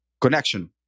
Connection